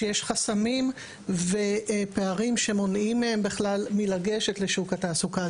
שיש חסמים ופערים שמונעים מהם בכלל מלגשת לשוק התעסוקה.